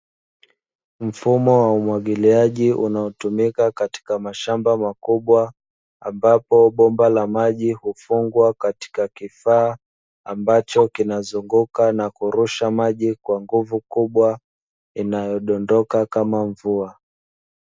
Mfumo wa umwagiliaji unaotumika katika shamba kubwa, ambapo bomba la maji hufungwa katika kifaa kinacho zunguka na kurusha maji kwa nguvu kubwa, inayodondoka kama mvua.